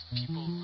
people